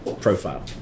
profile